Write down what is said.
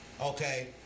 Okay